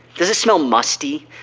does it smell musty.